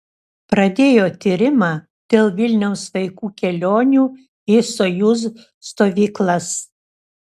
pradėjo tyrimą dėl vilniaus vaikų kelionių į sojuz stovyklas